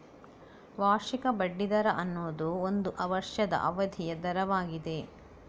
ವಾರ್ಷಿಕ ಬಡ್ಡಿ ದರ ಅನ್ನುದು ಒಂದು ವರ್ಷದ ಅವಧಿಯ ದರವಾಗಿದೆ